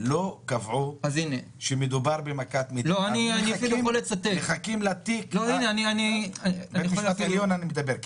לא קבעו שמדובר במכת מדינה ומחכים לתיק שישמש כתקדים.